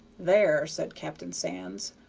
there! said captain sands,